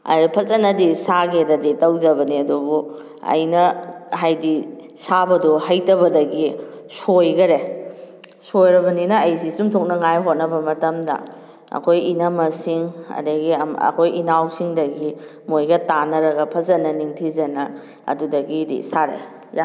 ꯑꯗꯣ ꯐꯖꯅꯗꯤ ꯁꯥꯒꯦꯅꯗꯤ ꯇꯧꯖꯕꯅꯦ ꯑꯗꯨꯕꯨ ꯑꯩꯅ ꯍꯥꯏꯗꯤ ꯁꯥꯕꯗꯣ ꯍꯩꯇꯕꯗꯒꯤ ꯁꯣꯏꯈꯔꯦ ꯁꯣꯏꯔꯕꯅꯤꯅ ꯑꯩꯁꯤ ꯆꯨꯝꯊꯣꯛꯅꯤꯡꯉꯥꯏ ꯍꯣꯠꯅꯕ ꯃꯇꯝꯗ ꯑꯩꯈꯣꯏ ꯏꯅꯝꯃꯁꯤꯡ ꯑꯗꯒꯤ ꯑꯩꯈꯣꯏ ꯏꯅꯥꯎꯁꯤꯗꯒꯤ ꯃꯣꯏꯒ ꯌꯥꯟꯅꯔꯒ ꯐꯖꯅ ꯅꯤꯡꯊꯤꯖꯅ ꯑꯗꯨꯗꯒꯤꯗꯤ ꯁꯥꯔꯛꯑꯦ